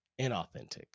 inauthentic